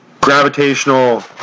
gravitational